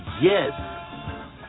yes